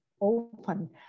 open